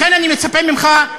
לכן אני מצפה ממך,